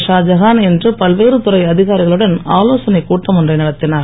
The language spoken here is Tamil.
ஷாஜகான் இன்று பல்வேறு துறை அதிகாரிகளுடன் ஆலோசனைக் கூட்டம் ஒன்றை நடத்தினார்